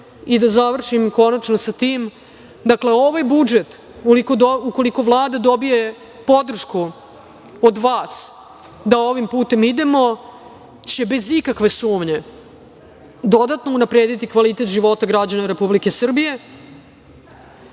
Da završim konačno sa tim, ovaj budžet ukoliko Vlada dobije podršku od vas da ovim putem idemo će bez ikakve sumnje dodatno unaprediti kvalitet života građana Republike Srbije,